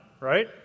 right